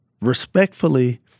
respectfully